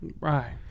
right